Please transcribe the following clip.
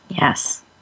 yes